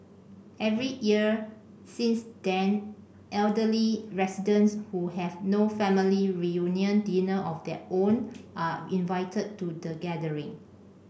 every year since then elderly residents who have no family reunion dinner of their own are invited to the gathering